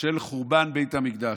של חורבן בית המקדש.